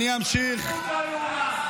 פשוט לא ייאמן,